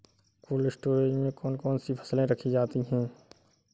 Cold storage में कौन कौन सी फसलें रखी जाती हैं?